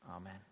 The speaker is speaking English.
Amen